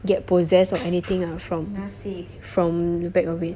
get possessed of anything ah from from back of it